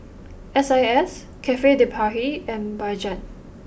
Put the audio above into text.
S I S Cafe de Paris and Bajaj